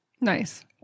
Nice